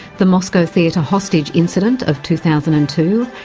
the moscow theatre hostage incident of two thousand and two,